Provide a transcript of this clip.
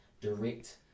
direct